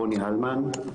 רוני הלמן,